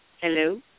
Hello